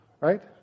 right